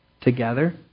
together